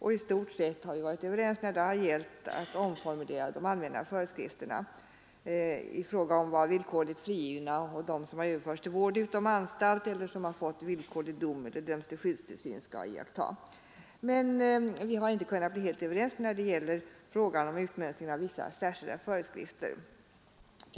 I stort sett har vi också varit överens när det gällt att omformulera de allmänna föreskrifterna i fråga om vad villkorligt frigivna och de som har överförts till vård utom anstalt eller som har fått villkorlig dom eller dömts till skyddstillsyn skall iaktta. Men vi har inte kunnat bli helt överens när det gäller frågan om utmönstringen av vissa särskilda föreskrifter.